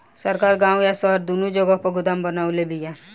सरकार गांव आ शहर दूनो जगह पर गोदाम बनवले बिया